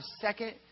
second